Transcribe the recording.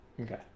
Okay